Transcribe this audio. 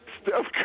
Steph